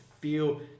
Feel